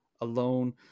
alone